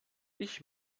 ich